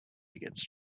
against